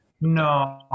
No